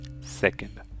Second